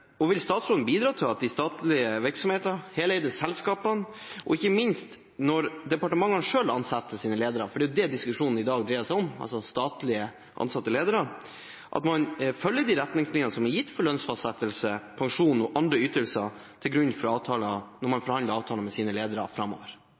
følges. Vil statsråden bidra til at statlige virksomheter, heleide selskaper og ikke minst når departementene selv ansetter sine ledere – det er det diskusjonen i dag dreier seg om – legger til grunn de retningslinjene som er gitt om lønnsfastsettelse, pensjon og andre ytelser når man